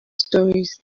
stories